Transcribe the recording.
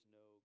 no